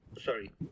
Sorry